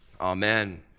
Amen